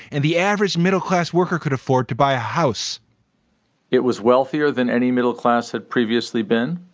and the average middle class worker could afford to buy a house it was wealthier than any middle class had previously been,